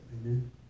Amen